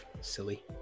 silly